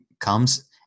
comes